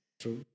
true